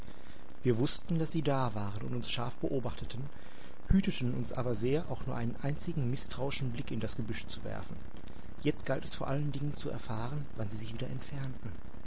wir wußten daß sie da waren und uns scharf beobachteten hüteten uns aber sehr auch nur einen einzigen mißtrauischen blick in das gebüsch zu werfen jetzt galt es vor allen dingen zu erfahren wann sie sich wieder entfernten